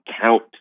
count